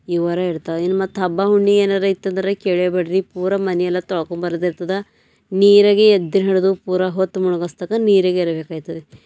ಇವಾರ ಇರ್ತವೆ ಇನ್ನು ಮತ್ತೆ ಹಬ್ಬ ಹುಣ್ಣಿ ಏನಾರು ಇತ್ತು ಅಂದ್ರೆ ಕೇಳೆ ಬೇಡಿರಿ ಪೂರಾ ಮನೆಯೆಲ್ಲ ತೊಳ್ಕೊಂಬರದು ಇರ್ತದೆ ನೀರಾಗೆ ಎದ್ದು ಹಿಡಿದು ಪೂರಾ ಹೊತ್ತು ಮುಳುಗಸ್ತಕ ನೀರಾಗೆ ಇರ್ಬೇಕು ಆಯ್ತದೆ